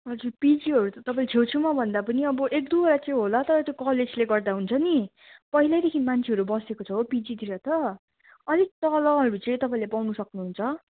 हजुर पिजीहरू त तपाईँ छेउछेउ भन्दा पनि अब एकदुईवटा चाहिँ होला तर त्यो कलेजले गर्दा हुन्छ नि पहिल्यैदेखि मान्छेहरू बसेको छ हो पिजीतिर त अलिक तलहरू चाहिँ तपाईँले पाउनु सक्नुहुन्छ